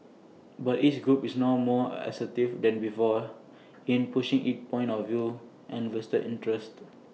but each group is now more assertive than before in pushing its point of view and vested interests